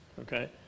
okay